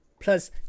Plus